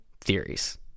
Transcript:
theories